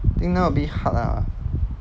think ah a bit hard lah